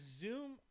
Zoom